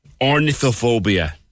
Ornithophobia